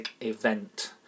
event